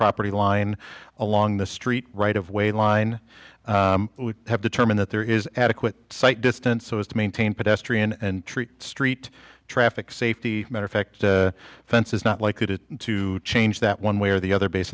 property line along the street right of way line we have determined that there is adequate sight distance so as to maintain pedestrian and treat street traffic safety net effect fences not likely to to change that one way or the other base